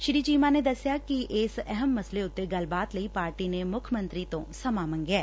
ਸ੍ਰੀ ਚੀਮਾ ਨੇ ਦਸਿਆ ਕਿ ਇਸ ਅਹਿਮ ਮਸਲੇ ਉੱਤੇ ਗੱਲਬਾਤ ਲਈ ਪਾਰਟੀ ਨੇ ਮੁੱਖ ਮੰਤਰੀ ਤੋਂ ਸਮਾ ਮੰਗਿਐ